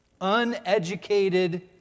Uneducated